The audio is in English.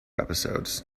episodes